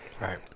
Right